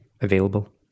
available